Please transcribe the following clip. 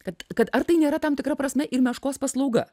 kad kad ar tai nėra tam tikra prasme ir meškos paslauga